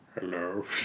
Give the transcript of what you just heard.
Hello